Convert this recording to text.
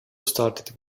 started